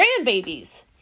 grandbabies